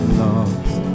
lost